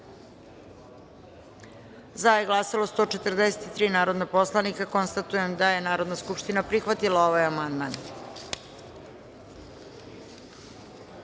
za – 143 narodna poslanika. Konstatujem da je Narodna skupština prihvatila ovaj